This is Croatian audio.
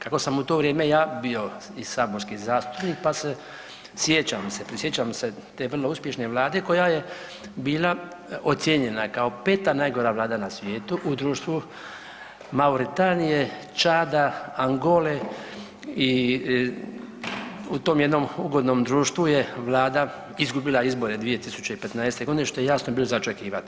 Kako sam u to vrijeme ja bio i saborski zastupnik pa se sjećam se, prisjećam se ste vrlo uspješne Vlade koja je bila ocijenjena kao 5. najgora Vlada na svijetu u društvu Mauritanije, Čada, Angole i u tom jednom ugodnom društvu je Vlada izgubila izbore 2015. g., što je jasno, bilo za očekivati.